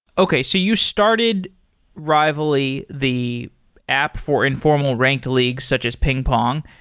okay. so you started rivaly, the app for informal ranked leagues, such as ping pong.